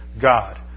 God